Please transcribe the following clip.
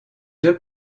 deux